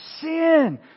sin